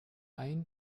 ein